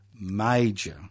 major